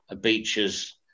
beaches